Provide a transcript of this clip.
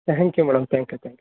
thank you madam thank you thank you